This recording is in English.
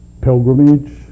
Pilgrimage